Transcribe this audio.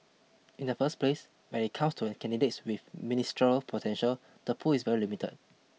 in the first place when it comes to candidates with ministerial potential the pool is very limited